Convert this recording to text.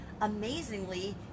amazingly